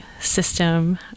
system